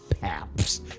paps